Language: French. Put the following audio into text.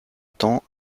temps